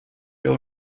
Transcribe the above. will